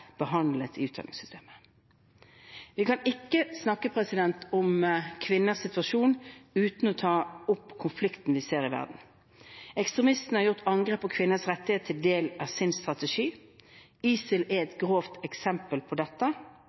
behandlet i utdanningssystemet. Vi kan ikke snakke om kvinners situasjon uten å ta opp konfliktene vi ser i verden. Ekstremistene har gjort angrep på kvinners rettigheter til en del av sin strategi. ISIL er et grovt eksempel på dette.